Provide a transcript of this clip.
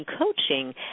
coaching